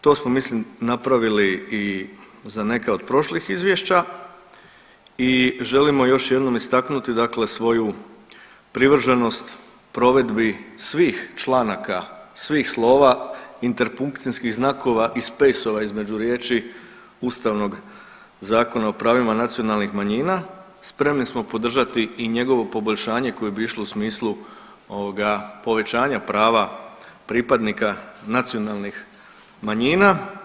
To smo mislim napravili i za neka od prošlih izvješća i želimo još jednom istaknuti dakle svoju privrženost provedbi svih članaka, svih slova, interpunkcijskih znakova i spejsova između riječi Ustavnog zakona o pravima nacionalnih manjina, spremni smo podržati i njegovo poboljšanje koje bi išlo u smislu ovoga povećanja prava pripadnika nacionalnih manjina.